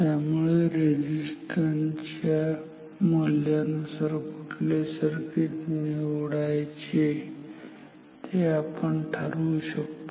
त्यामुळे रेझिस्टन्स च्या मूल्यानुसार कुठले सर्किट निवडायचे ते आपण ठरवू शकतो